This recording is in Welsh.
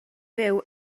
fyw